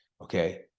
okay